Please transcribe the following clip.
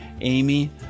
Amy